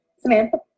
Samantha